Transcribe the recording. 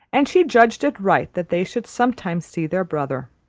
and she judged it right that they should sometimes see their brother.